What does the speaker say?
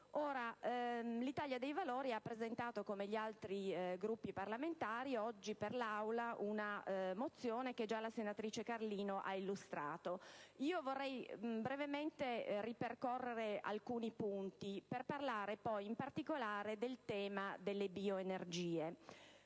L'Italia dei Valori, come gli altri Gruppi parlamentari, ha presentato oggi per l'Aula una mozione, che la senatrice Carlino ha già illustrato. Vorrei brevemente ripercorrere alcuni punti per parlare poi in particolare del tema delle bioenergie.